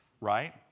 right